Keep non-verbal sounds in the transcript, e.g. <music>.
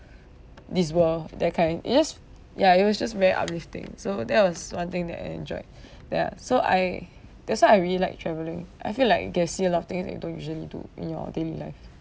<breath> this world that kind it just ya it was just very uplifting so that was one thing that I enjoyed <breath> there ah so I that's why I really like travelling I feel like you get to see a lot of things that you don't usually do in your daily life